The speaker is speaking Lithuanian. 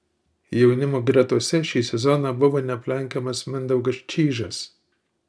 jaunimo gretose šį sezoną buvo neaplenkiamas mindaugas čyžas